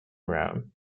rome